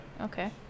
okay